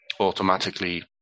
automatically